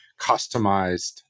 customized